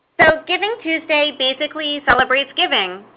so givingtuesday basically celebrates giving.